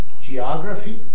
geography